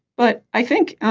but i think